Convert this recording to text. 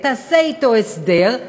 תעשה אתו הסדר,